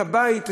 את הבית,